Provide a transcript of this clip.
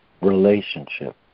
relationship